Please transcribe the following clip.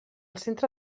centre